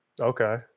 Okay